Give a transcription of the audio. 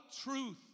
truth